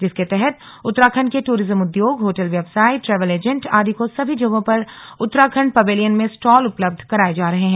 जिसके तहत उत्तराखंड के टूरिज्म उद्योग होटल व्यवसाई ट्रैवल एजेंट आदि को सभी जगहों पर उत्तराखंड पवेलियन में स्टॉल उपलब्ध कराए जा रहे है